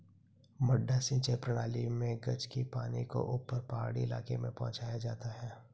मडडा सिंचाई प्रणाली मे गज के पानी को ऊपर पहाड़ी इलाके में पहुंचाया जाता है